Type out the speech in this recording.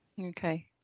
okay